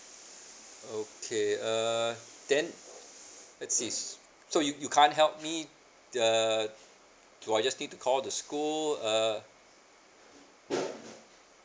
okay uh then let's see so you you can't help me the do I just need to call the school err